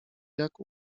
jak